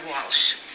Walsh